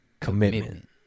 commitment